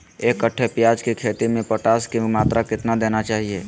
एक कट्टे प्याज की खेती में पोटास की मात्रा कितना देना चाहिए?